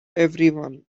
everyone